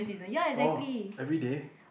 oh everyday